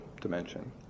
dimension